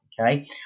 okay